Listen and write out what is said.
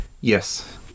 yes